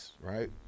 right